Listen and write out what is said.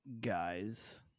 guys